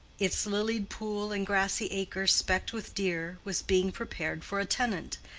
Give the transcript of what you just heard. its lilied pool and grassy acres specked with deer, was being prepared for a tenant,